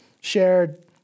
shared